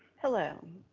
hello.